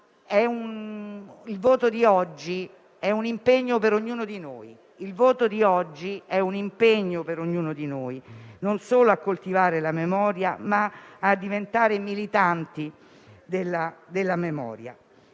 Il voto di oggi è un impegno per ognuno di noi, e non solo a coltivare la memoria, ma anche a diventare militanti della memoria.